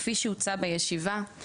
כפי שהוצע בישיבה.